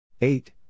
Eight